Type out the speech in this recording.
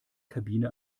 kabine